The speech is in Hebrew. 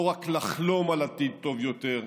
לא רק לחלום על עתיד טוב יותר,